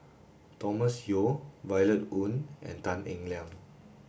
Thomas Yeo Violet Oon and Tan Eng Liang